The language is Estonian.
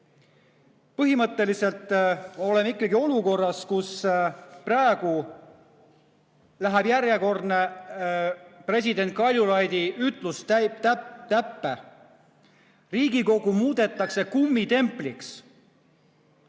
Põhimõtteliselt oleme ikkagi olukorras, kus praegu läheb järjekordne president Kaljulaidi ütlus täppe: Riigikogu muudetakse kummitempliks